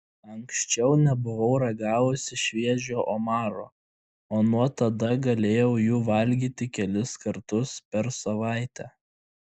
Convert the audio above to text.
anksčiau nebuvau ragavusi šviežio omaro o nuo tada galėjau jų valgyti kelis kartus per savaitę